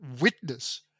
witness